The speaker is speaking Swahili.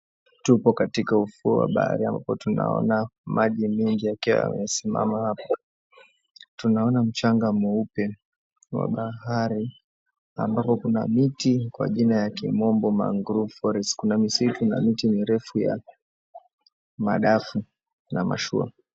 Tupo katika ufuo wa bahari ambapo tunaona maji mingi yakiwa yamesimama hapo. Tunaona mchanga mweupe wa bahari, ambapo kuna miti kwa jina kimombo mangrove forest . Kuna misitu na miti mirefu ya madafu na mashua.